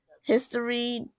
history